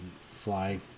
fly